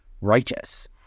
righteous